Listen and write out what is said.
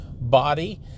body